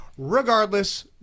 Regardless